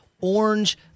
orange